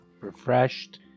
Refreshed